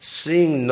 seeing